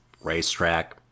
racetrack